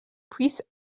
puisse